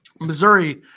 missouri